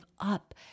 up